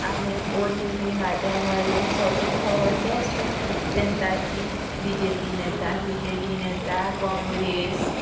ଆମେ ଓଟିଭି ମାଧ୍ୟମରେ ସବୁ ଖବର ପାଇସୁଁ ଯେନ୍ତା କି ବିଜେପି ନେତା ବିଜେଡ଼ି ନେତା କଂଗ୍ରେସ୍